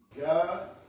God